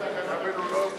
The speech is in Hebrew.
צריך להעביר בתקנון הכנסת,